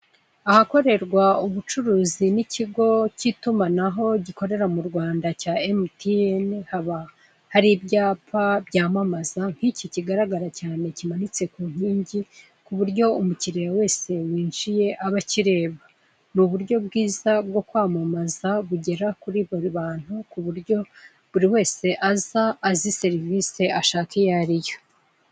Ahakorerwa ubucuruzi n'ikigo cy'itumanaho gikorera mu Rwanda cya emutiyene haba hari ibyapa byamamaza, nk'iki kigaragara cyane kimanitse ku nkingi ku buryo buri mukiliya wese winjiye aba akireba, ni uburyo bwiza bwo kwamamaza bugera kuri buri bantu ku buryo buri wese aza azi serivise ashaka iyo ariyo.